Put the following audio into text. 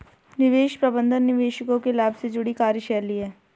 निवेश प्रबंधन निवेशकों के लाभ से जुड़ी कार्यशैली है